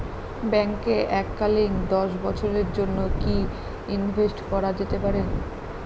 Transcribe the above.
ব্যাঙ্কে এককালীন দশ বছরের জন্য কি ইনভেস্ট করা যেতে পারে?